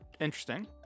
Interesting